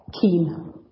keen